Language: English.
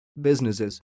businesses